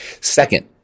Second